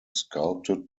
sculpted